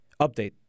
Update